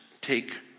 take